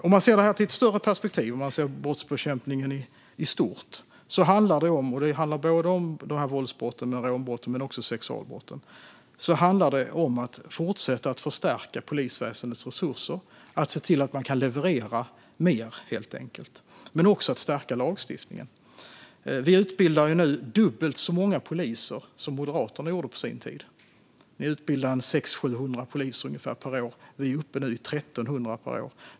I ett större perspektiv, sett till brottsbekämpningen i stort vad gäller både våldsbrotten och rånbrotten men också sexualbrotten, handlar det om att fortsätta förstärka polisväsendets resurser för att se till att man kan leverera mer men också att stärka lagstiftningen. Vi utbildar dubbelt så många poliser nu som Moderaterna gjorde på sin tid. Ni utbildade ungefär 600-700 poliser per år. Vi är nu uppe i 1 300 per år.